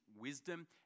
wisdom